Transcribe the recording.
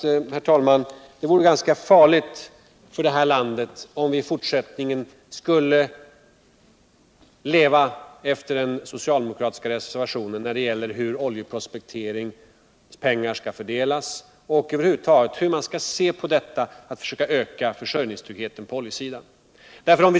vill jag säga att det vore ganska farligt för det här landet om vi i fortsättningen skulle leva efter den socialdemokratiska reservationen när det gäller hur oljeprospekteringens pengar skall fördelas och hur man skall säkra försörjningstryggheten på oljesidan.